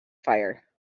fire